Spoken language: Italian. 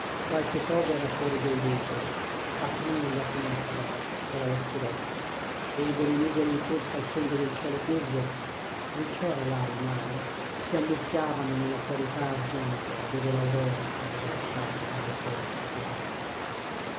qualche cosa era fuori dei vetri aprii la finestra era lo scirocco e delle nuvole in corsa al fondo del cielo curvo non c'era là il mare si ammucchiavano nella chiarità argentea dove l'aurora aveva lasciato un ricordo dorato